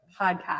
podcast